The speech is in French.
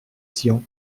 tian